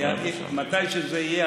מתי שזה יהיה,